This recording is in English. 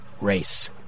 Race